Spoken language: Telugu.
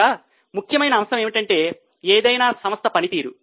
ఇంకా ముఖ్యమైన అంశము ఏమిటంటే ఏదైనా సంస్థ పనితీరు